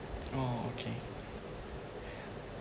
orh okay